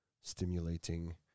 stimulating